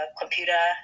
computer